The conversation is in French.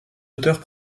auteurs